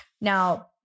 Now